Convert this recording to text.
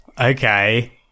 Okay